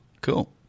cool